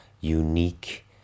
unique